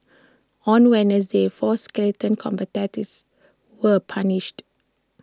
on Wednesday four skeleton competitors were punished